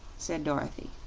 said dorothy.